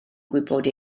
gwybod